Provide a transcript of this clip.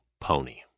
Pony